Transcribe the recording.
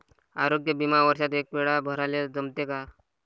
आरोग्य बिमा वर्षात एकवेळा भराले जमते का?